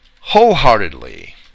wholeheartedly